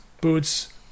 boots